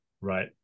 Right